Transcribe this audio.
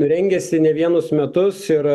rengiasi ne vienus metus ir